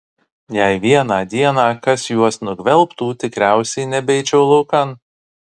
jei vieną dieną kas juos nugvelbtų tikriausiai nebeičiau laukan